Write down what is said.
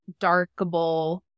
darkable